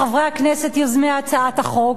חברי הכנסת יוזמי הצעת החוק.